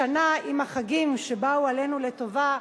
השנה, עם החגים שבאו עלינו לטובה,